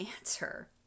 answer